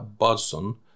Bodson